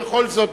בכל זאת,